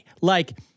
Like-